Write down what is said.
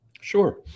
sure